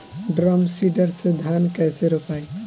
Drum seeder से धान कैसे रोपाई?